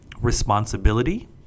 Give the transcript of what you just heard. responsibility